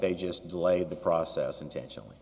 they just delayed the process intentionally